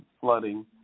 flooding